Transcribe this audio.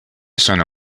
sono